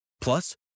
Plus